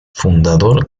fundador